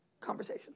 conversation